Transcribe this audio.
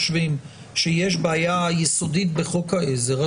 חושבים שיש בעיה יסודית בחוק העזר,